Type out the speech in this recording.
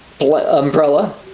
umbrella